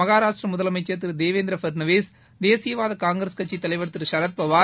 மகாராஷ்ட்ரமுதலமைச்சர் திருதேவேந்திரபட்நாவீஸ் தேசியவாதகாங்கிரஸ் கட்சிதலைவர் திரு ஷரத் பவார்